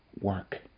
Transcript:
work